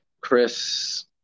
Chris